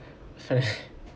sorry